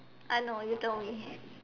I know you told me